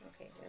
Okay